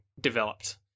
developed